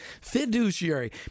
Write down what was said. fiduciary